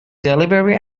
delivery